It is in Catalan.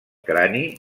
crani